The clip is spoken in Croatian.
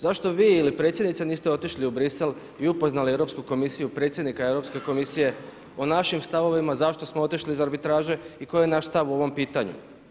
Zašto vi ili Predsjednica niste otišli u Bruxelles i upoznali Europsku komisiju, predsjednika Europske komisije o našim stavovima, zašto smo otišli iz arbitraže i koji je naš stav o ovom pitanju?